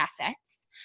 assets